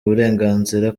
uburenganzira